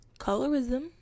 Colorism